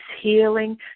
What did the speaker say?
healing